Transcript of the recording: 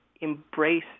embrace